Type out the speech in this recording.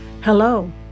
Hello